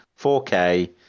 4K